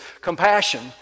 compassion